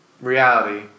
reality